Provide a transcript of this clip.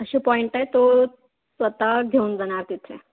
असे पॉइंट आहे तो स्वतः घेऊन जाणार तिथे